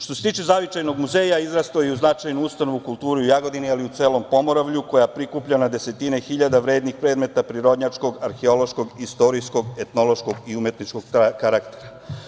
Što se tiče Zavičajnog muzeja, izrastao je u značajnu ustanovu kulture u Jagodini, ali i u celom Pomoravlju, koja prikuplja na desetine hiljada vrednih predmeta prirodnjačkog, arheološkog, istorijskog, etnološkog i umetničkog karaktera.